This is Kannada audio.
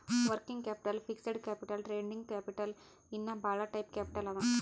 working capital, fixed capital, trading capital ಇನ್ನಾ ಭಾಳ ಟೈಪ್ ಕ್ಯಾಪಿಟಲ್ ಅವಾ